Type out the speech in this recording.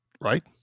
right